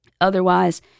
otherwise